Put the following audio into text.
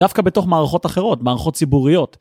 דווקא בתוך מערכות אחרות, מערכות ציבוריות.